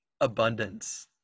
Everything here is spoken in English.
Abundance